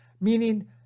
meaning